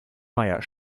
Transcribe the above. meier